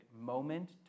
moment